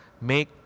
make